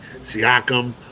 Siakam